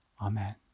amen